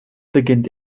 beginnt